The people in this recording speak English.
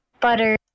Butter